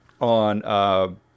on